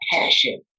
passion